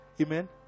Amen